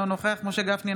אינו נוכח משה גפני,